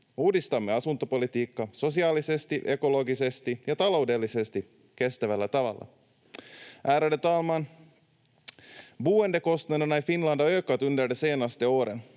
Uudistamme asuntopolitiikkaa sosiaalisesti, ekologisesti ja taloudellisesti kestävällä tavalla. Ärade talman! Boendekostnaderna i Finland har ökat under de senaste åren.